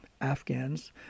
Afghans